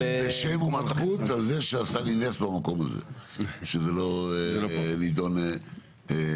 בשם ומלכות על זה שעשה לי נס במקום הזה שזה לא נידון אצלי.